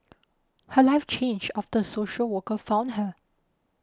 her life changed after a social worker found her